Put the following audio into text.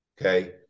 Okay